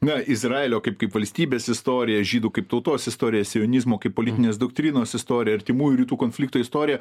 na izraelio kaip kaip valstybės istoriją žydų kaip tautos istoriją sionizmo kaip politinės doktrinos istoriją artimųjų rytų konflikto istoriją